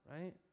right